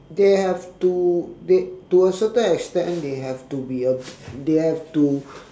they have to they to a certain extent they have to be a they have to